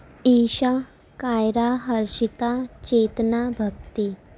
ایشا کائرا ہرشتا چیتنا بھکتی